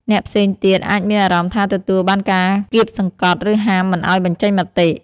អ្នកផ្សេងទៀតអាចមានអារម្មណ៍ថាទទួលបានការគាបសង្កត់ ឬហាមមិនឱ្យបញ្ចេញមតិ។